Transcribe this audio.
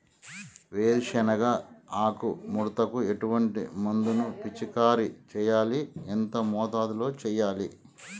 వేరుశెనగ ఆకు ముడతకు ఎటువంటి మందును పిచికారీ చెయ్యాలి? ఎంత మోతాదులో చెయ్యాలి?